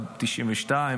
אחד 92,